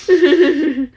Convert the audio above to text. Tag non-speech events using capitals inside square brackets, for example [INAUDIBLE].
[LAUGHS]